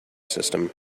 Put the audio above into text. system